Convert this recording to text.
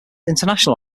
international